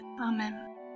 Amen